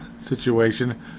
Situation